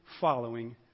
following